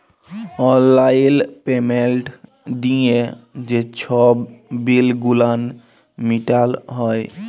অললাইল পেমেল্ট দিঁয়ে যে ছব বিল গুলান মিটাল হ্যয়